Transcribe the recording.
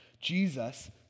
Jesus